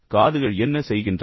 காதுகள் என்ன செய்கின்றன